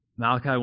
Malachi